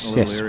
yes